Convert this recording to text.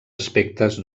aspectes